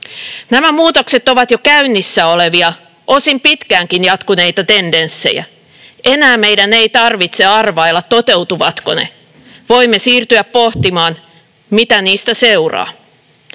Nämä muutokset ovat jo käynnissä olevia, osin pitkäänkin jatkuneita tendenssejä. Enää meidän ei tarvitse arvailla, toteutuvatko ne. Voimme siirtyä pohtimaan, mitä niistä seuraa.